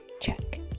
Check